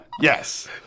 yes